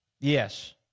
Yes